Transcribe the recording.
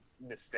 mistake